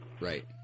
Right